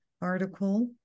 article